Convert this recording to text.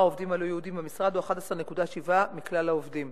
שיעור העובדים הלא-יהודים במשרד הוא 11.7% מכלל העובדים.